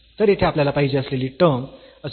तर येथे आपल्याला पाहिजे असलेली टर्म अचूकपणे मिळते